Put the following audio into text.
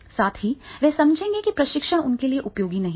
साथ ही वे समझेंगे कि प्रशिक्षण उनके लिए उपयोगी नहीं है